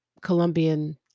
Colombian